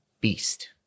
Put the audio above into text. Beast